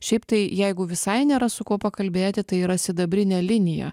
šiaip tai jeigu visai nėra su kuo pakalbėti tai yra sidabrinė linija